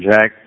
Jack